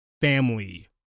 family